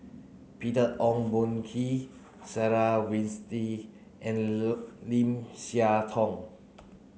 Peter Ong Boon Kwee Sarah Winstedt and Lim Siah Tong